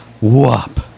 Whoop